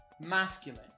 masculine